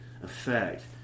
Effect